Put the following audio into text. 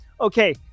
okay